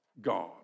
God